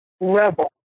level